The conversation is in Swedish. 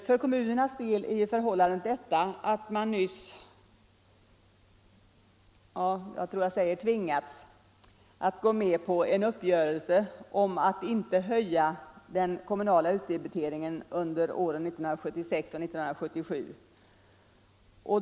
För kommunernas del är förhållandet det att de nyligen tvingats gå med på en uppgörelse om att inte höja den kommunala utdebiteringen under åren 1976 och 1977.